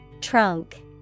Trunk